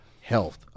health